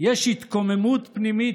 יש התקוממות פנימית